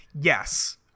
yes